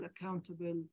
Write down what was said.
accountable